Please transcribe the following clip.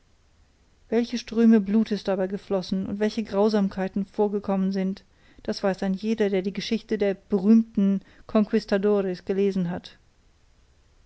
welche ströme blutes dabei geflossen und welche grausamkeiten vorgekommen sind das weiß ein jeder der die geschichte der berühmten conquistadores gelesen hat